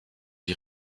die